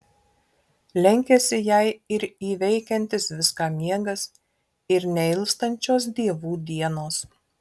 lenkiasi jai ir įveikiantis viską miegas ir neilstančios dievų dienos